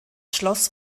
schloss